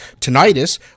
tinnitus